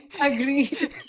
Agree